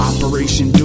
Operation